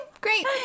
great